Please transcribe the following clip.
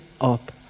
up